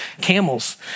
camels